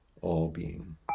all-being